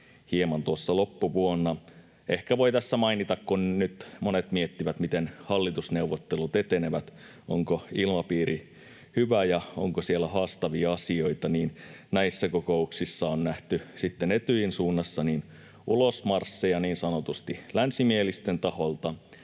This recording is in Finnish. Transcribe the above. tuossa loppuvuonna. Ehkä voi tässä mainita, kun nyt monet miettivät, miten hallitusneuvottelut etenevät, onko ilmapiiri hyvä ja onko siellä haastavia asioita, että näissä kokouksissa on nähty Etyjin suunnassa ulosmarsseja niin sanotusti länsimielisten taholta